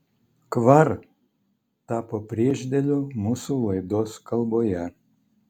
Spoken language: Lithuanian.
kvar tapo priešdėliu mūsų laidos kalboje